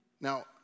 Now